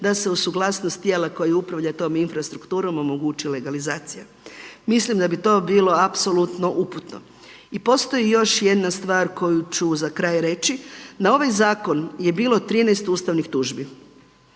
da se uz suglasnost tijela koji upravlja tom infrastrukturom omogući legalizacija. Mislim da bi to bilo apsolutno uputno. I postoji još jedna stvar koju ću za kraj reći. Na ovaj zakon je bilo 13 ustavnih tužbi.